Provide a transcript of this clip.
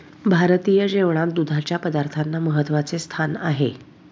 भारतीय जेवणात दुधाच्या पदार्थांना महत्त्वाचे स्थान आहे